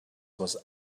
was